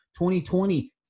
2020